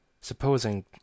Supposing